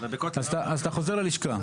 אתה חוזר ללשכה.